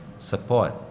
support